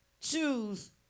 choose